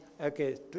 okay